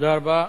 תודה רבה.